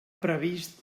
previst